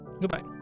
Goodbye